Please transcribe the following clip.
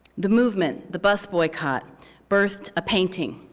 the movement, the bus boycott birthed a painting.